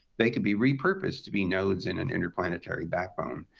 they could be repurposed to be nodes in an interplanetary backbone.